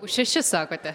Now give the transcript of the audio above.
už šešis sakote